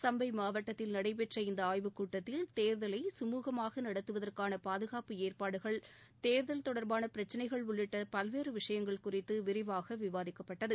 சம்பை மாவட்டதில் நடைபெற்ற இந்த ஆய்வு சமூகமாக நடத்துவதற்கான பாதுகாப்பு ஏற்பாடுகள் தேர்தல் தொடர்பான பிரச்சினைகள் உள்ளிட்ட பல்வேறு விஷயங்கள் குறித்து விரிவாக விவாதிக்கப்பட்டது